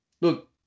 Look